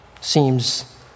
seems